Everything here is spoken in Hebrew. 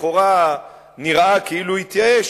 אף-על-פי שלכאורה נראה כאילו הוא התייאש,